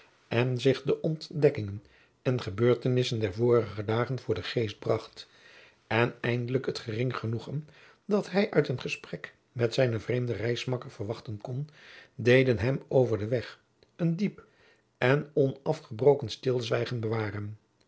en zich de ontdekkingen en gebeurtenissen der vorige dagen voor den geest bracht en eindelijk het gering genoegen dat hij uit een gesprek met zijnen vreemden reismakker verwachten kon deden hem over den weg een diep en onafgebroken stilzwijgen bewaren